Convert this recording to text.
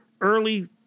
early